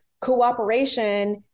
cooperation